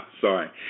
sorry